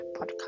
podcast